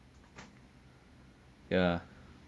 ya